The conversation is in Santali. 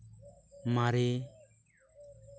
ᱢᱟᱨᱮ